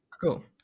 Cool